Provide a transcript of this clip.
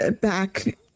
back